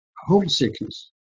homesickness